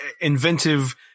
inventive